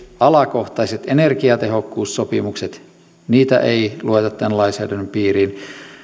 alakohtaiset energiatehokkuussopimukset ei lueta tämän lainsäädännön piiriin myöskään